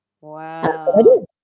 Wow